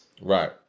Right